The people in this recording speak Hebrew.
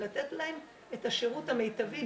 לתת להם את השירות המיטבי,